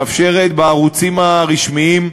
מאפשרת בערוצים הרשמיים,